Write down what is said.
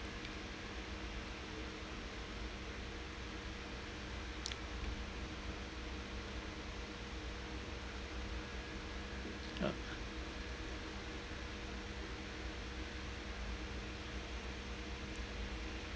uh